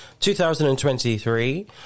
2023